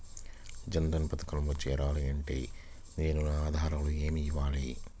జన్ధన్ పథకంలో చేరాలి అంటే నేను నా ఆధారాలు ఏమి ఇవ్వాలి?